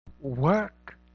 work